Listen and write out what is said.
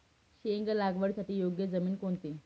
शेंग लागवडीसाठी योग्य जमीन कोणती?